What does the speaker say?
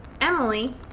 emily